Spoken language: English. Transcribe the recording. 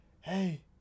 hey